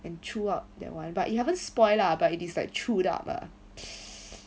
and chew up that one but you haven't spoil lah but you it is like chewed up ah